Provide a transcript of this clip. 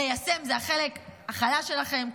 ליישם זה החלק החלש שלכם.